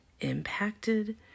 impacted